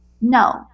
No